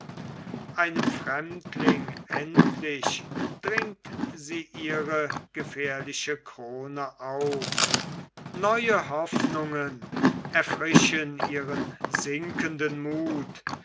einem fremdling endlich dringt sie ihre gefährliche krone auf neue hoffnungen erfrischen ihren sinkenden muth